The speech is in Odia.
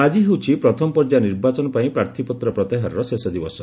ଆଜି ହେଉଛି ପ୍ରଥମ ପର୍ଯ୍ୟାୟ ନିର୍ବାଚନପାଇଁ ପ୍ରାର୍ଥୀପତ୍ର ପ୍ରତ୍ୟାହାରର ଶେଷ ଦିବସ